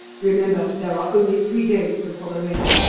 remember, there are only three days before the race,